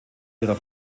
ihrer